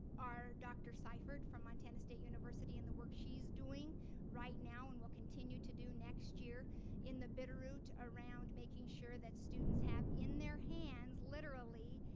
are dr. seifort from montana state university and the work she's doing right now and will continue to do next year in the better route around making sure that students have in their hands, literally,